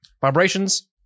Vibrations